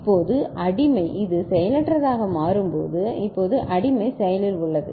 இப்போது அடிமை இது செயலற்றதாக மாறும்போது இப்போது அடிமை செயலில் உள்ளது